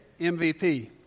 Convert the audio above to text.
MVP